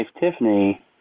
Tiffany